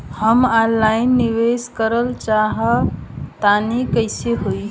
हम ऑफलाइन निवेस करलऽ चाह तनि कइसे होई?